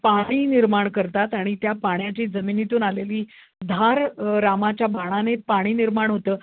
पाणी निर्माण करतात आणि त्या पाण्याची जमिनीतून आलेली धार रामाच्या बाणाने पाणी निर्माण होतं